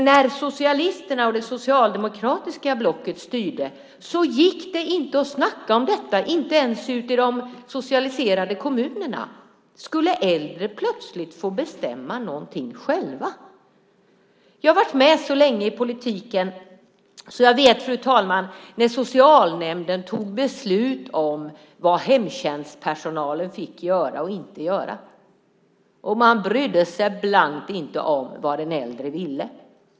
När socialisterna och det socialdemokratiska blocket styrde gick det inte att snacka om detta, inte ens ute i de socialiserade kommunerna. Skulle äldre plötsligt få bestämma någonting själva? Jag har varit med så länge i politiken så jag vet, fru talman, när socialnämnden tog beslut om vad hemtjänstpersonalen fick göra och inte göra. Man brydde sig blankt intet om vad den äldre ville.